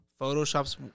Photoshop's